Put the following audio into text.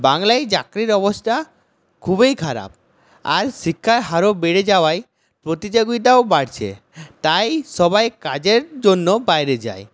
বাংলায় চাকরির অবস্থা খুবই খারাপ আর শিক্ষার হারও বেড়ে যাওয়ায় প্রতিযোগিতাও বাড়ছে তাই সবাই কাজের জন্য বাইরে যায়